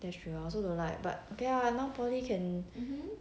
that's true I also don't like but okay lah now poly can